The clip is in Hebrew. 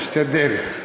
נסתדר.